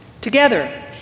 together